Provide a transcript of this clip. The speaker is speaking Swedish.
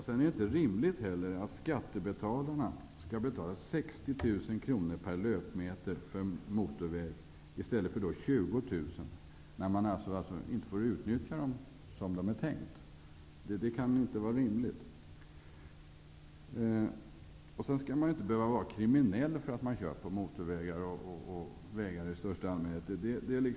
Det är inte heller rimligt att skattebetalarna skall betala 20 000, när man inte får utnyttja vägen som det är tänkt. Man skall inte behöva vara kriminell för att man kör på motorvägar och på vägar i största allmänhet.